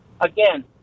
Again